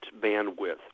bandwidth